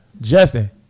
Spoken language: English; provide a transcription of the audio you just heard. Justin